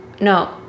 No